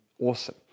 awesome